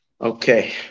Okay